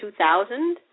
2000